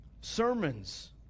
Sermons